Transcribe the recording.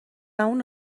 اونو